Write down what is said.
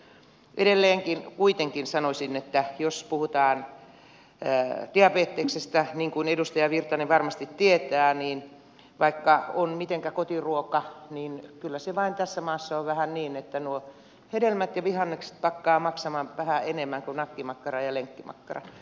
edelleenkin kuitenkin sanoisin että jos puhutaan diabeteksesta niin kuin edustaja virtanen varmasti tietää niin vaikka syö mitenkä kotiruokaa niin kyllä se vain tässä maassa on vähän niin että nuo hedelmät ja vihannekset pakkaavat maksamaan vähän enemmän kuin nakkimakkara ja lenkkimakkara